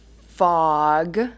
fog